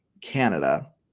Canada